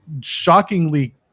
shockingly